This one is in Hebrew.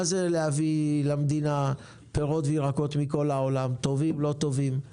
מה זה להביא למדינה פירות וירקות טובים או לא טובים מכל העולם?